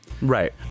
right